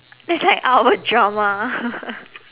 that's like out of a drama